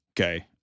Okay